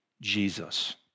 Jesus